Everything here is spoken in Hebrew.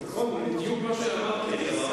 בדיוק מה שאמרתי.